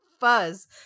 fuzz